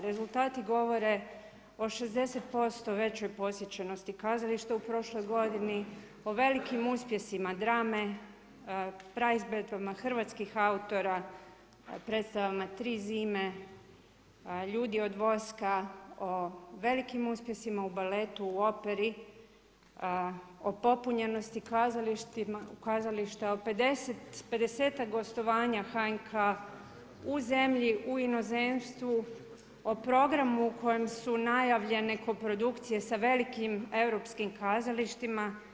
Rezultati govore o 60% većoj posjećenosti kazališta u prošloj godini, o velikim uspjesima drame, praizvedbama hrvatskih autora, predstavama tri zime, Ljudi od voska, o velikim uspjesima u baletu u operi o popunjenosti kazališta o 50-tak gostovanja HNK u zemlji u inozemstvu, o programu u kojem su najavljene koprodukcije sa velikim Europskim kazalištima.